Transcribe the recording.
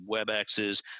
WebExes